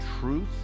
truth